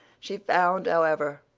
she found, however,